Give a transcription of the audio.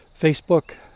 Facebook